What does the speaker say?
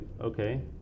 okay